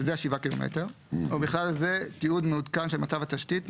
שזה ה-7 ק"מ ובכלל זה תיעוד מעודכן של מצב התשתית,